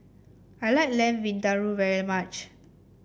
I like Lamb Vindaloo very much